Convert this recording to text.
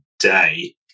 day